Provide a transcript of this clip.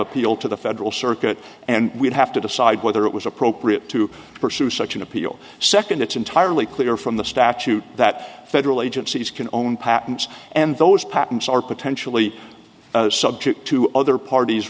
appeal to the federal circuit and we'd have to decide whether it was appropriate to pursue such an appeal second it's entirely clear from the statute that federal agencies can own patents and those patents are potentially subject to other parties